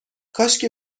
کاشکی